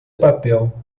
papel